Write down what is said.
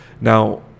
Now